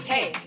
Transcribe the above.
Hey